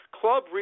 Club